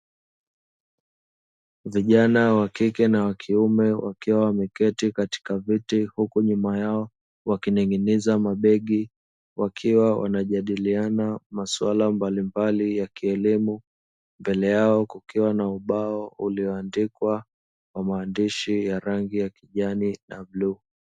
Vijana wa kike na wa kiume wakiwa wameketi katika viti, huku nyuma yao wakining'iniza mabegi, wakiwa wanajadiliana masuala mbalimbali ya kielimu, mbele yao kukiwa na ubao ulioandikwa kwa maandishi ya rangi ya kijani na bluu.